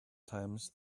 times